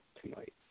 tonight